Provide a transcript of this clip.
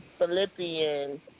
Philippians